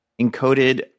encoded